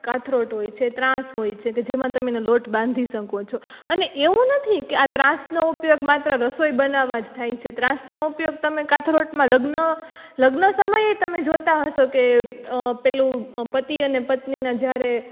કથરોટ હોય છે ત્રાંસ હોય છે કે જેમાં તમે એને લોટ બાંધી શકો છો અને એવું નથી કે આ ત્રાંસનો ઉપયોગ માત્ર રસોઈ બનાવવા જ થાય છે ત્રાંસનો ઉપયોગ તમે કથરોટમાં લગ્ન લગ્ન સમયે તમે જોતાં હશો કે પેલું પતિ અને પત્નીને જ્યારે